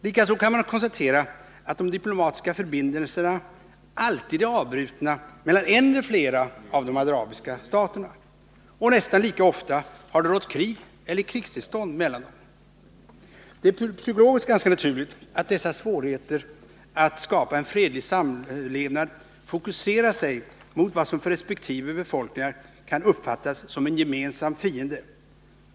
Likaså kan man konstatera att de diplomatiska förbindelserna alltid är avbrutna mellan ett par eller flera av de arabiska staterna. Nästan lika ofta har det rått krig eller krigstillstånd mellan dem. Det är psykologiskt ganska naturligt att dessa svårigheter att skapa en fredlig samlevnad fokuserar sig mot vad som för resp. befolkningar kan uppfattas som en gemensam fiende.